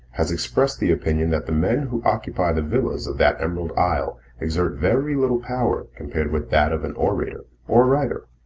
has expressed the opinion that the men who occupy the villas of that emerald isle exert very little power compared with that of an orator or a writer.